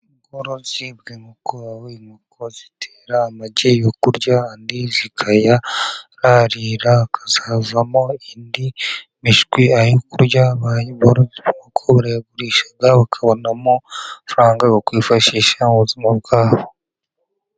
Ubworozi bw'inkoko zitera amagi yo kurya, andi zikayararira hazavamo indi mishwi ayo kurya aborozi b'inkoko barayagurisha bakabonamo amafaranga bakwifashisha mu buzima bwabo.